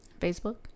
Facebook